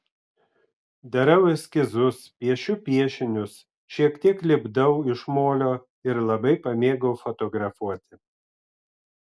darau eskizus piešiu piešinius šiek tiek lipdau iš molio ir labai pamėgau fotografuoti